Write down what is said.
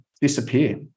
disappear